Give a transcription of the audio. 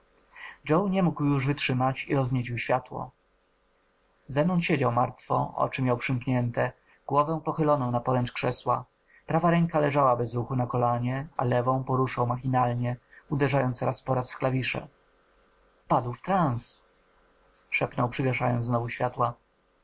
joe nie mógł już wytrzymać i rozniecił światło zenon siedział martwo oczy miał przymknięte głowę pochyloną na poręcz krzesła prawa ręka leżała bez ruchu na kolanie a lewą poruszał machinalnie uderzając raz po raz w klawisze wpadł w trans szepnął przygaszając znowu światła